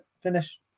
finish